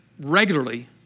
regularly